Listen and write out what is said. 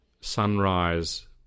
sunrise